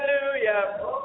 hallelujah